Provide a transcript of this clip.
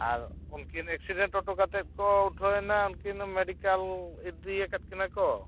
ᱟᱨ ᱚᱱᱠᱤᱱ ᱮᱠᱥᱤᱰᱮᱱᱴ ᱦᱚᱴᱚ ᱠᱟᱛᱮᱫ ᱠᱚ ᱩᱴᱷᱟᱹᱣᱮᱱᱟ ᱩᱱᱠᱤᱱ ᱢᱮᱰᱤᱠᱮᱞ ᱤᱫᱤᱭᱟᱠᱟᱫ ᱠᱤᱱᱟ ᱠᱚ